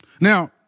Now